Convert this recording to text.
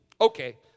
Okay